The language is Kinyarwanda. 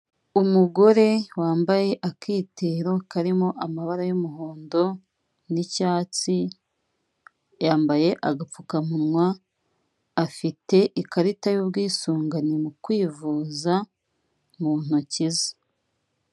Umugore wambaye akitero karimo amabara y'umuhondo n'icyatsi, yambaye agapfukamunwa, afite ikarita y'ubwisungane mu kwivuza mu ntoki ze.